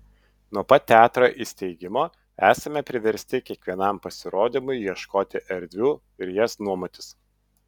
nuo pat teatro įsteigimo esame priversti kiekvienam pasirodymui ieškoti erdvių ir jas nuomotis